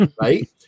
right